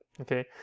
okay